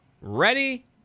Ready